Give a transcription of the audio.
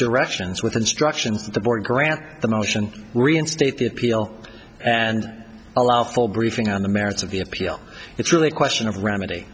directions with instructions to the board grant the motion reinstate the appeal and allow for briefing on the merits of the appeal it's really a question of remedy